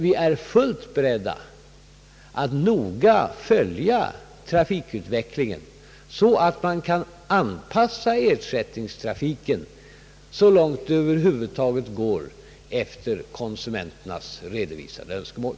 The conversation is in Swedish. Vi är fullt beredda att noggrant följa trafikutvecklingen för att kunna anpassa ersättningstrafiken så långt det över huvud taget går efter konsumenternas redovisade önskemål.